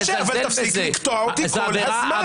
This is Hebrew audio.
משה, תפסיק לקטוע אותי כל הזמן.